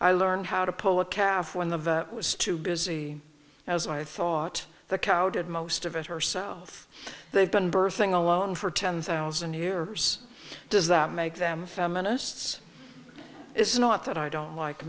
i learned how to pull a calf when the vet was too busy as i thought the cow did most of it herself they've been birthing alone for ten thousand years does that make them feminists it's not that i don't like